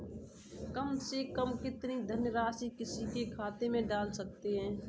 कम से कम कितनी धनराशि किसी के खाते में डाल सकते हैं?